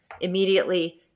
immediately